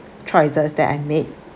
choices that I made